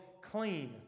clean